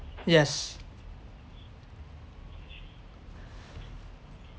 yes